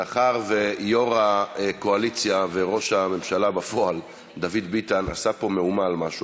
מאחר שיו"ר הקואליציה וראש הממשלה בפועל דוד ביטן עשה פה מהומה על משהו,